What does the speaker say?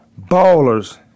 Ballers